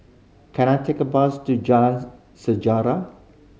can I take a bus to Jalan Sejarah